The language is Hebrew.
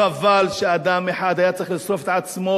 חבל שאדם אחד היה צריך לשרוף את עצמו